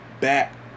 back